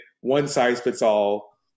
one-size-fits-all